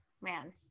man